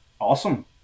awesome